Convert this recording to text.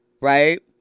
right